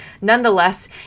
Nonetheless